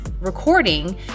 recording